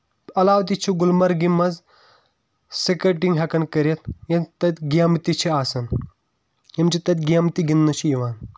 علاوٕ تہِ چھُ گُلمرگہِ منٛز سکیٹنگ ہیٚکان کٔرِتھ یِم تَتہِ گیمہٕ تہِ چھِ آسان یِم چھِ تَتہِ گیمہٕ تہِ گنٛدنہٕ چھِ یِوان